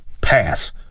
pass